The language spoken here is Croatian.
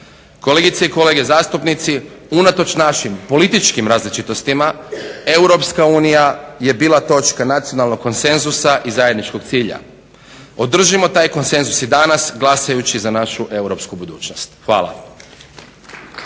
Kolegice i kolege zastupnici unatoč našim političkim različitostima EU je bila točka nacionalnog konsenzusa i zajedničkog cilja. Održimo taj konsenzus i danas glasajući za našu europsku budućnost. Hvala.